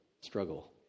struggle